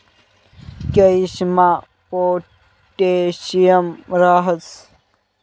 केयीसमा पोटॅशियम राहस